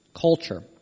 culture